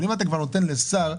כשאתה נותן את זה לשר,